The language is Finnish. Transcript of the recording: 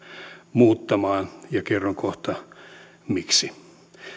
muuttamaan ja kerron kohta miksi